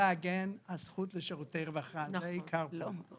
העיקר זה לעגן הזכות לשירותי רווחה, זה העיקר פה.